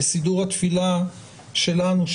בסידור התפילה שלנו,